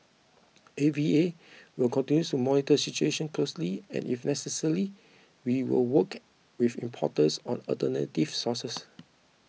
A V A will continue to monitor the situation closely and if necessary we will work with importers on alternative sources